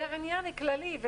זה עניין כללי.